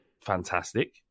fantastic